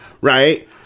right